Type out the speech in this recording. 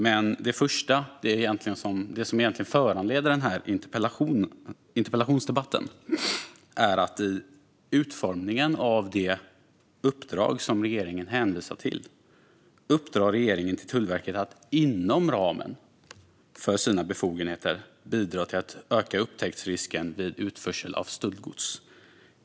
Men det första, och det som egentligen föranleder den här interpellationsdebatten, är utformningen av det uppdrag som regeringen hänvisar till. Regeringen uppdrar till Tullverket att inom ramen för sina befogenheter bidra till att öka upptäcktsrisken vid utförsel av stöldgods.